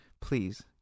please